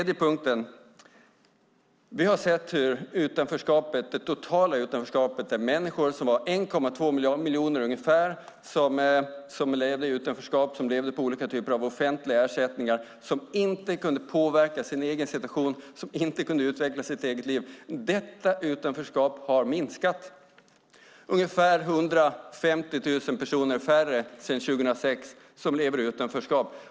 Det totala utanförskapet, där ungefär 1,2 miljoner människor levde i utanförskap på olika typer av offentliga ersättningar och inte kunde påverka sin egen situation eller utveckla sitt eget liv, har minskat. Det är ungefär 150 000 färre personer sedan 2006 som lever i utanförskap.